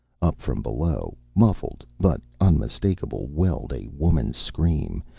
up from below, muffled, but unmistakable, welled a woman's scream,